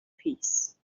peace